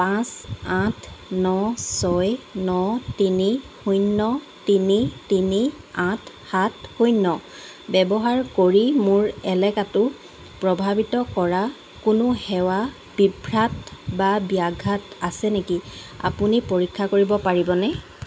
পাঁচ আঠ ন ছয় ন তিনি শূন্য তিনি তিনি আঠ সাত শূন্য ব্যৱহাৰ কৰি মোৰ এলেকাটো প্ৰভাৱিত কৰা কোনো সেৱা বিভ্ৰাট বা ব্যাঘাত আছে নেকি আপুনি পৰীক্ষা কৰিব পাৰিবনে